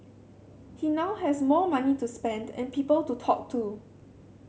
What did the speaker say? he now has more money to spend and people to talk to